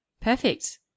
Perfect